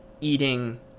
eating